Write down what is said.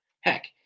Heck